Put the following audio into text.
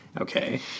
Okay